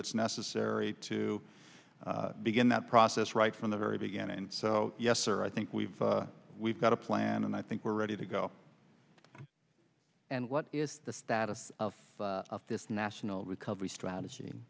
that's necessary to begin that process right from the very beginning so yes sir i think we've we've got a plan and i think we're ready to go and what is the status of this national recovery strategy